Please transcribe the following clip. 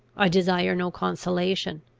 i desire no consolation.